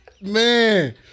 Man